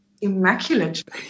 immaculate